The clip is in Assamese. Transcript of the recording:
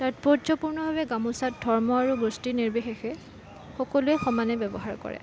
তাৎপৰ্যপূৰ্ণভাৱে গামোচাত ধৰ্ম আৰু গোষ্ঠীৰ নিৰ্বিশেষে সকলোৱে সমানে ব্য়ৱহাৰ কৰে